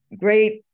great